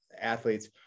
athletes